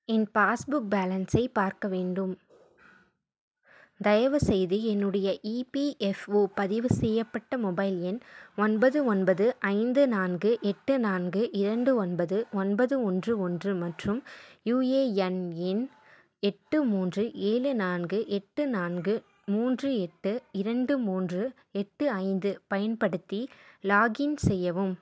என் passbook பேலன்ஸை பார்க்க வேண்டும் தயவுசெய்து என்னுடைய இபிஎஃப்ஓ பதிவு செய்யப்பட்ட மொபைல் எண் ஒன்பது ஒன்பது ஐந்து நான்கு எட்டு நான்கு இரண்டு ஒன்பது ஒன்பது ஒன்று ஒன்று மற்றும் யுஏஎன் எண் எட்டு மூன்று ஏழு நான்கு எட்டு நான்கு மூன்று எட்டு இரண்டு மூன்று எட்டு ஐந்து பயன்படுத்தி லாகின் செய்யவும்